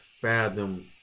fathom